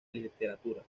literatura